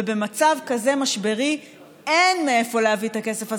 ובמצב כזה משברי אין מאיפה להביא את הכסף הזה,